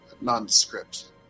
nondescript